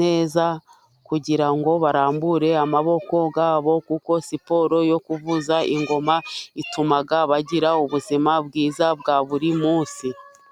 neza kugira ngo barambure amaboko yabo, kuko siporo yo kuvuza ingoma ituma bagira ubuzima bwiza bwa buri munsi.